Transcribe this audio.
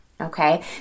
Okay